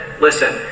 listen